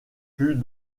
put